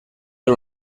del